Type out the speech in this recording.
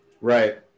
Right